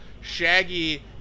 shaggy